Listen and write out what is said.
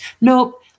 Nope